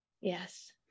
Yes